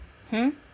hmm